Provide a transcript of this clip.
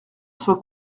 soit